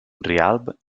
rialb